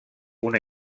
una